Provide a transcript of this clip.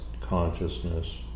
Consciousness